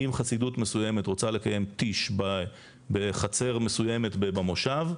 אם חסידות מסוימת רוצה לקיים טיש בחצר מסוימת במושב,